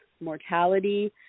mortality